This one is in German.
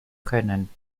können